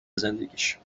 زندگیش